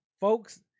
folks